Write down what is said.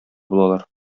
булалар